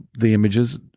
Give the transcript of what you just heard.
the images,